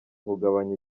kugabanya